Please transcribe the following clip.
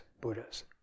Buddha's